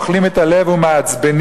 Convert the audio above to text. אוכלים את הלב ומעצבנים".